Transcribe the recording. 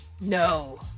No